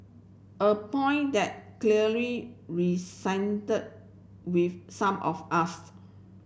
a point that clearly with some of us